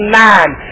nine